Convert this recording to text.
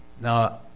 now